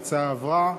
ההצעה עברה.